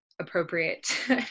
appropriate